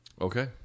Okay